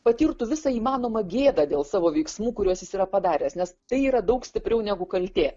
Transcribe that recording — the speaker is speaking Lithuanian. patirtų visą įmanomą gėdą dėl savo veiksmų kuriuos jis yra padaręs nes tai yra daug stipriau negu kaltė